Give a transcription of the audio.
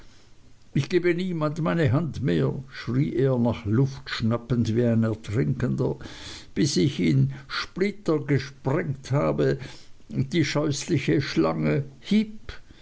ich gebe niemand meine hand mehr schrie er nach luft schnappend wie ein ertrinkender bis ich in splitter gesprengt habe die ha scheußliche schlange heep